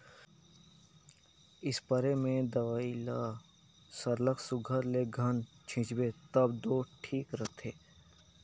spray में दवई ल सरलग सुग्घर ले घन छींचबे तब दो ठीक रहथे